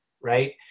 Right